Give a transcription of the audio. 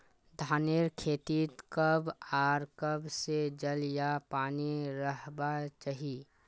धानेर खेतीत कब आर कब से जल या पानी रहबा चही?